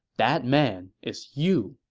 that man is you.